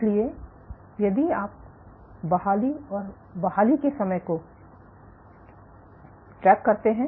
इसलिए यदि आप बहाली और बहाली के समय को ट्रैक करते हैं